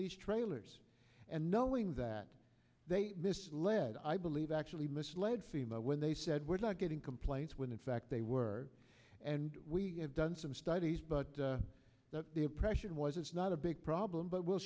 these trailers and knowing that they misled i believe actually misled simo when they said we're not getting complaints when in fact they were and we have done some studies but that the impression was it's not a big problem but we'll